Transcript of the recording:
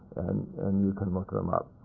and you can look them up.